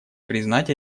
признать